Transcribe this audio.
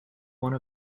one